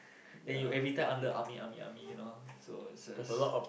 then you every time under army army army you know so is a